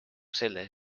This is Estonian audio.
selles